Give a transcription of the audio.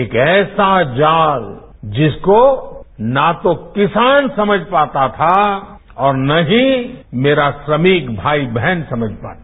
एक ऐसा जाल जिसको न तो किसान समझ पाता था और न ही मेरे श्रमिक भाई बहन समझ पाते